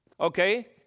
Okay